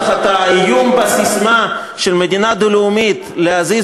תחת האיום בססמה של מדינה דו-לאומית להזיז